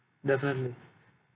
definitely